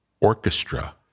orchestra